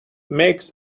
makes